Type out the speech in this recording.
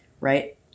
right